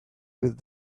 with